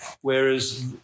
Whereas